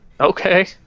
Okay